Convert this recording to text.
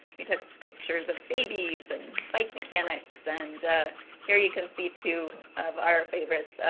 we took pictures of babies, and bike mechanics. and here you can see two of our favorites.